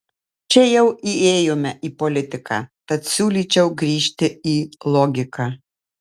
čia jau įėjome į politiką tad siūlyčiau grįžti į logiką